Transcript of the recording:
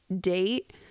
date